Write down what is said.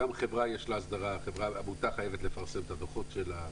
גם לחברה יש הסדרה ועמותה חייבת לפרסם את הדוחות שלה.